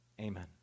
Amen